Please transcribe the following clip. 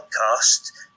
podcast